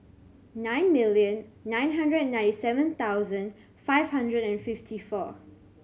nine million nine hundred and ninety seven thousand five hundred and fifty four